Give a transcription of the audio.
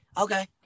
Okay